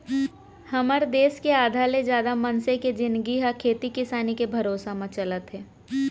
हमर देस के आधा ले जादा मनसे के जिनगी ह खेती किसानी के भरोसा म चलत हे